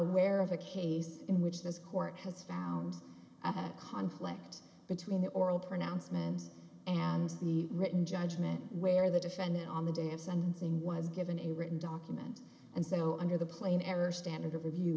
aware of a case in which this court has found a conflict between the oral pronouncement and the written judgment where the defendant on the day of sentencing was given a written document and so under the plane ever standard of review